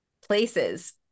places